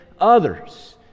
others